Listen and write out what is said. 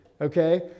okay